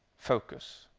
focus.